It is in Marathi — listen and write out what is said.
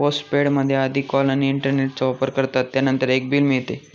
पोस्टपेड मध्ये आधी कॉल आणि इंटरनेटचा वापर करतात, त्यानंतर एक बिल मिळते